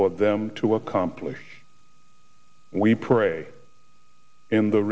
for them to accomplish we pray in the